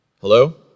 hello